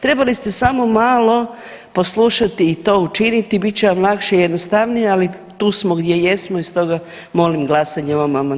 Trebali ste samo malo poslušati i to učiniti i bit će vam lakše i jednostavnije, ali tu smo gdje jesmo i stoga molim glasanje o ovom amandmanu.